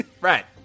Right